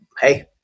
hey